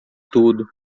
tudo